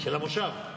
המושב.